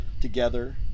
together